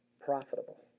profitable